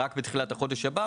רק בתחילת החודש הבא,